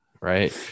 Right